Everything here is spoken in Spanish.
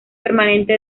permanente